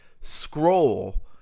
scroll